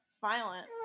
Violent